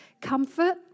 comfort